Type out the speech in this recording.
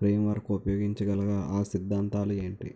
Framework ఉపయోగించగల అ సిద్ధాంతాలు ఏంటి?